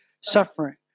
suffering